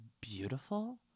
beautiful